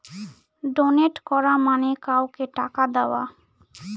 donate করা মানে কাউকে টাকা দেওয়া